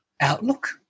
outlook